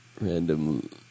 Random